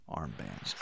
armbands